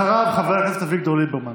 אחריו, חבר הכנסת אביגדור ליברמן.